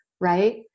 right